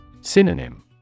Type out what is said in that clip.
Synonym